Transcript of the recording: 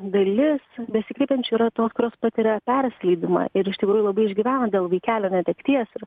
dalis besikreipiančių yra tos kurios patiria persileidimą ir iš tikrųjų labai išgyvena dėl vaikelio netekties ir